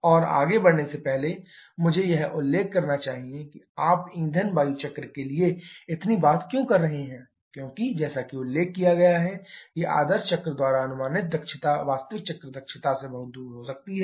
और आगे बढ़ने से पहले मुझे यह उल्लेख करना चाहिए कि आप ईंधन वायु चक्र के लिए इतनी बात क्यों कर रहे हैं क्योंकि जैसा कि उल्लेख किया गया है कि आदर्श चक्र द्वारा अनुमानित दक्षता वास्तविक चक्र दक्षता से बहुत दूर हो सकती है